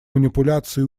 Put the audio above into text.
манипуляции